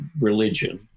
religion